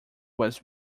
was